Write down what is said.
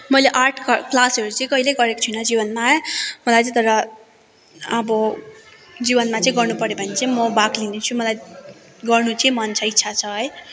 मैले आर्ट क्लासहरू चाहिँ कैले गरेको छुइनँ जीवनमा मलाई चाहिँ तर अब जीवनमा चाहिँ गर्नु पर्यो भने चाहिँ म भाग लिनेछु मलाई गर्नु चाहिँ मन छ इच्छा छ है